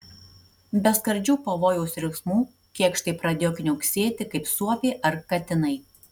be skardžių pavojaus riksmų kėkštai pradėjo kniauksėti kaip suopiai ar katinai